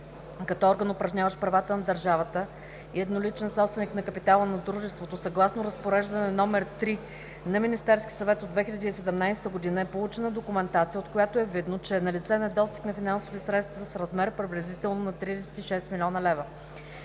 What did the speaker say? като орган, упражняващ правата на държавата като едноличен собственик на капитала на дружеството, съгласно Разпореждане № 3 на Министерския съвет от 2017 г., е получена документация, от която е видно, че е налице недостиг от финансови средства в размер на приблизително 36 млн. лв.